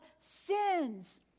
sins